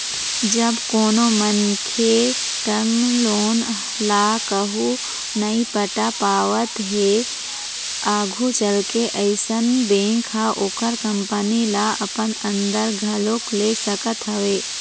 जब कोनो मनखे टर्म लोन ल कहूँ नइ पटा पावत हे आघू चलके अइसन बेंक ह ओखर कंपनी ल अपन अंदर घलोक ले सकत हवय